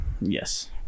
Yes